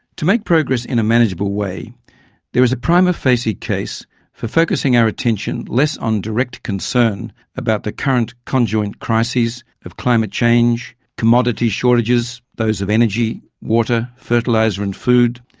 to make progress in a manageable way there is a prima facie case for focussing our attention less on direct concern about the current conjoint crises of climate change, commodity shortages, those of energy, water, fertiliser and food,